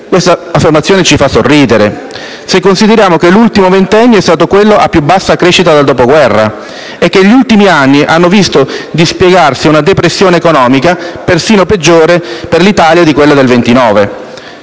Questa affermazione ci fa sorridere, se consideriamo che l'ultimo ventennio è stato quello a più bassa crescita dal Dopoguerra, e che gli ultimi anni hanno visto dispiegarsi una depressione economica persino peggiore, per l'Italia, di quella del 1929.